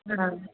हाँ